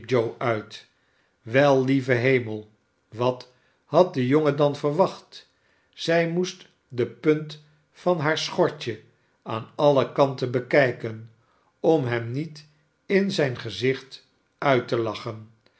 uit wel lieve hemel wat haddejongen dan verwacht zij moest de punt van haar schortje aan alle kanten bekijken om hem niet in zijn gezicht uit te lachen